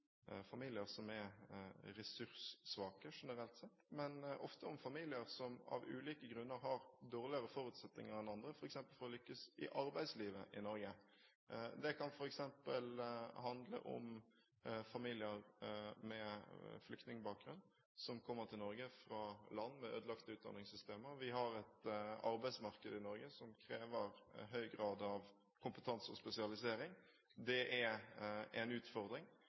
familier som er ressurssvake generelt sett, men ofte om familier som av ulike grunner har dårligere forutsetninger enn andre for f.eks. å lykkes i arbeidslivet i Norge. Det kan f.eks. handle om familier med flyktningbakgrunn som kommer til Norge fra land med ødelagte utdanningssystemer. Vi har et arbeidsmarked i Norge som krever en høy grad av kompetanse og spesialisering. Det er en utfordring